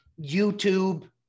YouTube